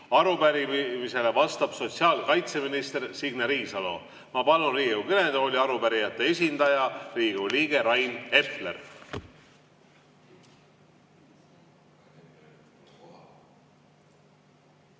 Arupärimisele vastab sotsiaalkaitseminister Signe Riisalo. Ma palun Riigikogu kõnetooli arupärijate esindaja, Riigikogu liikme Rain Epleri.